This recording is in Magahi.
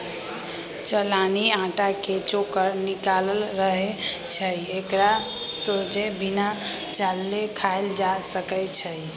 चलानि अटा के चोकर निकालल रहै छइ एकरा सोझे बिना चालले खायल जा सकै छइ